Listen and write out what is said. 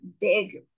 big